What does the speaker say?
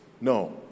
No